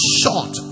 short